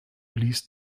blies